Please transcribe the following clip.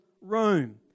Rome